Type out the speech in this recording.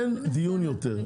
אין דיון יותר.